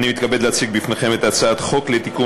אני מתכבד להציג בפניכם את הצעת חוק לתיקון